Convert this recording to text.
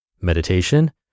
Meditation